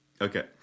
Okay